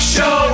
Show